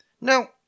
Now